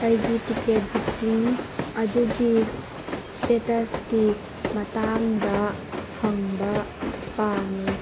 ꯑꯩꯒꯤ ticket booking ꯑꯗꯨꯒꯤ ꯏꯁꯇꯦꯇꯁꯀꯤ ꯃꯇꯥꯡꯗ ꯍꯪꯕ ꯄꯥꯝꯃꯤ